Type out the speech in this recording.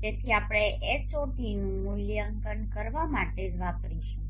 તેથી આપણે Hot નું મૂલ્યાંકન કરવા માટે આ જ વાપરીશું